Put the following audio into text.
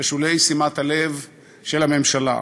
בשולי שימת הלב של הממשלה.